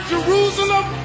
Jerusalem